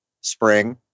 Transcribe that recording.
spring